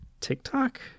TikTok